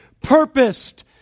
purposed